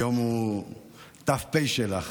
היום הוא ת"פ שלך.